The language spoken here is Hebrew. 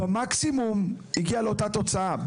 כשבמקסימום הוא יגיע לאותה התוצאה.